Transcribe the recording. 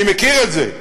אני מכיר את זה,